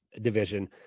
division